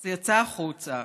זה יצא החוצה,